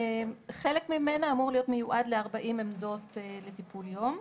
חלק ממנה אמור להיות מיועד ל-40 עמדות לטיפול יום.